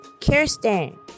Kirsten